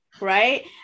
right